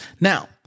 Now